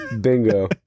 Bingo